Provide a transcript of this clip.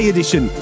Edition